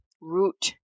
root